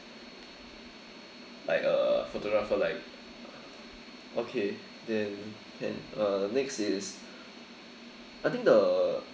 like a photographer like okay then can uh next is I think the